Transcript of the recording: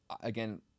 again